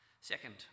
Second